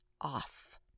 off